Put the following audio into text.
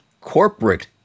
corporate